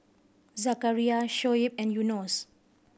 Zakaria Shoaib and Yunos